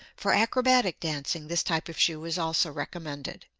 for acrobatic dancing this type of shoe is also recommended,